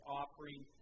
offering